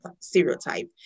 stereotype